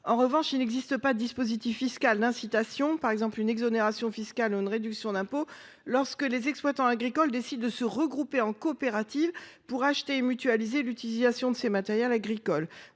En revanche, il n’existe pas de dispositif fiscal d’incitation, comme une exonération ou une réduction d’impôt, lorsque les exploitants agricoles décident de se regrouper en coopérative pour acheter et mutualiser l’utilisation de ces matériels agricoles.